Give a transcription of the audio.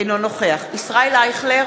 אינו נוכח ישראל אייכלר,